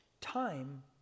Time